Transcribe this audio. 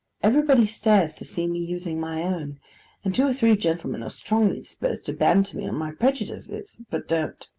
everybody stares to see me using my own and two or three gentlemen are strongly disposed to banter me on my prejudices, but don't.